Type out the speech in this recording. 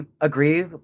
agree